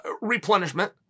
replenishment